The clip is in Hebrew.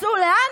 ויצאו לאן?